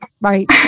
Right